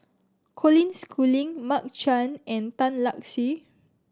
Colin Schooling Mark Chan and Tan Lark Sye